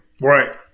Right